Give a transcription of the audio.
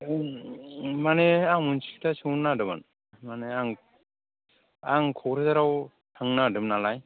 माने आं मोनसे खोथा सोंनो नागिरदोंमोन माने आं क'क्राझाराव थांनो नागिरदोंमोन नालाय